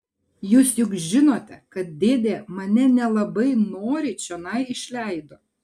jūs juk žinote kad dėdė mane nelabai noriai čionai išleido